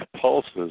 pulses